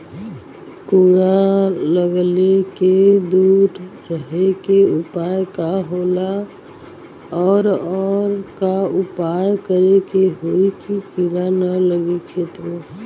कीड़ा लगले के दूर करे के उपाय का होला और और का उपाय करें कि होयी की कीड़ा न लगे खेत मे?